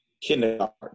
kindergarten